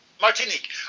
Martinique